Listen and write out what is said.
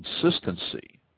consistency